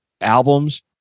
albums